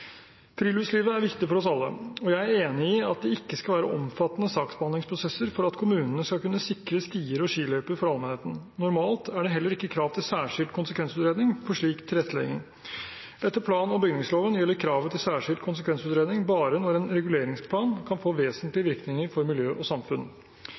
Friluftslivet er viktig for oss alle, og jeg er enig i at det ikke skal være omfattende saksbehandlingsprosesser for at kommunene skal kunne sikre stier og skiløyper for allmennheten. Normalt er det heller ikke krav til særskilt konsekvensutredning for slik tilrettelegging. Etter plan- og bygningsloven gjelder kravet til særskilt konsekvensutredning bare når en reguleringsplan kan få